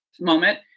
moment